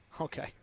Okay